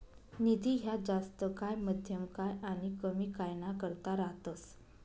निधी ह्या जास्त काय, मध्यम काय आनी कमी काय ना करता रातस